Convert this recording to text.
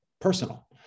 personal